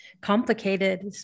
complicated